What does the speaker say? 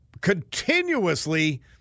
continuously